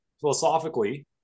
philosophically